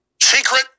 secret